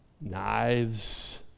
knives